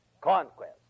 Conquest